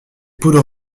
poudres